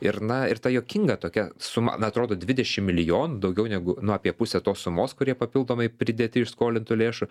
ir na ir ta juokinga tokia suma na atrodo dvidešim milijonų daugiau negu nu apie pusę tos sumos kurie papildomai pridėti iš skolintų lėšų